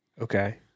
Okay